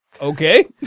okay